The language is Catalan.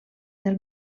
del